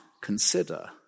consider